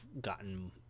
gotten